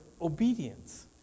obedience